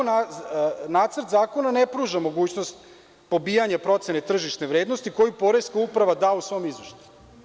Nacrt zakona ne pruža mogućnost pobijanja procene tržišne vrednosti koju poreska uprava da u svom izveštaju.